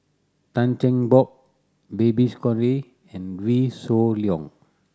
Tan Cheng Bock Babes Conde and Wee Shoo Leong